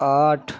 آٹھ